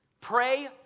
Pray